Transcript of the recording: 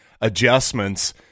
adjustments